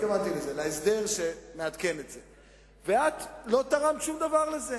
התכוונתי להסדר, ואת לא תרמת שום דבר לזה.